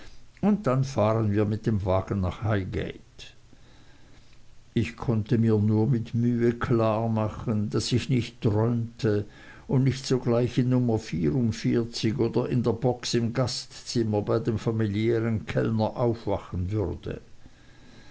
und dann fahren wir mit dem wagen nach highgate ich konnte mir nur mit mühe klar machen daß ich nicht träumte und nicht sogleich in nummer oder in der box im gastzimmer bei dem familiären kellner aufwachen würde